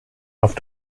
auf